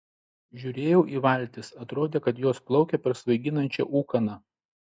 žiūrėjau į valtis atrodė kad jos plaukia per svaiginančią ūkaną